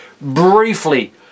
briefly